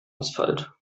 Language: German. asphalt